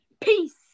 peace